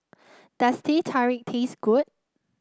does Teh Tarik taste good